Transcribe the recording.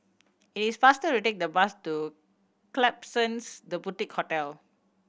it is faster to take the bus to Klapsons The Boutique Hotel